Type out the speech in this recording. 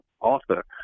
author